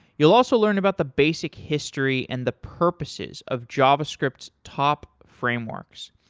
you'll also learn about the basic history and the purposes of javascript's top frameworks.